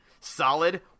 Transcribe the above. solid